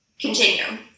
continue